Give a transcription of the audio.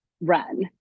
run